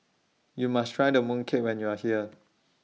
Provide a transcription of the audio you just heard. YOU must Try The Mooncake when YOU Are here